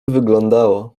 wyglądało